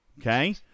Okay